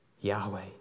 Yahweh